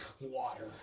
Water